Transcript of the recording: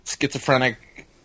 schizophrenic